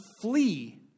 flee